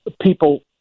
people